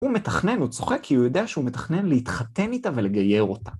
הוא מתכנן, הוא צוחק כי הוא יודע שהוא מתכנן להתחתן איתה ולגייר אותה.